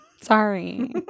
Sorry